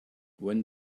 when